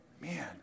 Man